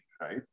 right